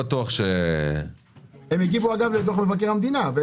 הם הגיבו, אגב, לדוח מבקר המדינה.